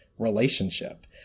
relationship